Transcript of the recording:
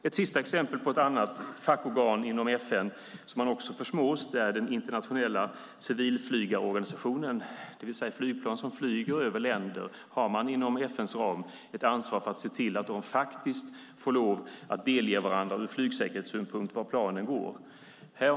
Ett sista exempel på ett annat fackorgan inom FN som taiwaneserna också nekas ett deltagande i är den internationella civilflygsorganisationen. Inom FN:s ram finns ett ansvar för att flygplan som flyger över länder får lov att delge varandra ur flygsäkerhetssynpunkt information om var planen flyger.